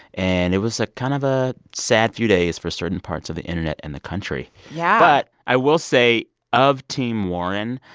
and it was ah kind of a sad few days for certain parts of the internet and the country yeah but i will say of team warren,